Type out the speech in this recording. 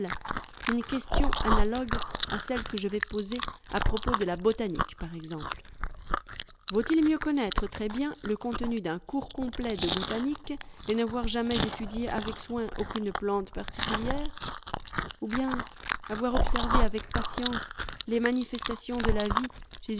une question analogue à celle que je vais poser à propos de la botanique par exemple vaut-il mieux connaître très bien le contenu d'un cours complet de botanique et n'avoir jamais étudié avec soin aucune plante particulière ou bien avoir observé avec patience les manifestations de la vie